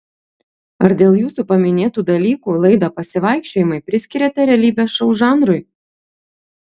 ar dėl jūsų paminėtų dalykų laidą pasivaikščiojimai priskiriate realybės šou žanrui